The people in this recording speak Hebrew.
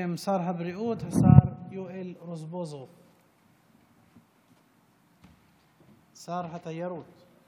בשם שר הבריאות, השר יואל רזבוזוב, שר התיירות.